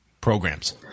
programs